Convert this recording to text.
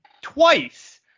twice